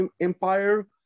Empire